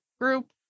group